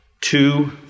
two